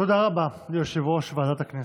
תודה רבה ליושב-ראש ועדת הכנסת.